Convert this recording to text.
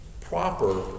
proper